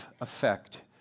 effect